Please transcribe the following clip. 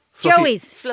Joey's